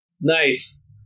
Nice